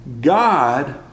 God